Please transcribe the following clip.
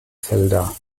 felder